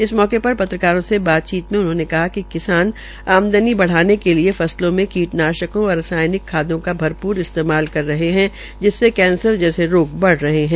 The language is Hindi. इस मौके पर पत्रकारों से बातचीत में उन्होंने कहा कि किसान आमदनी बढ़ाने के लिये फस्लों में कीटनाशकों व रसायनिक खादों का भरपूर इस्तेमाल कर रहे है जिससे कैंसर जैसे रोग बढ़ रहे है